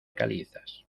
calizas